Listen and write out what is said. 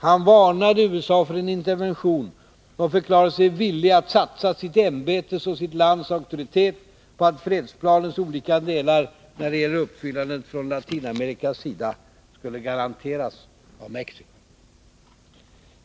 Han varnade USA för en intervention och förklarade sig villig att satsa sitt ämbetes och sitt lands auktoritet på att fredsplanens olika delar, när det gäller uppfyllandet från Latinamerikas sida, skulle garanteras av Mexico.